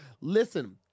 Listen